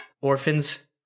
orphans